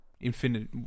Infinite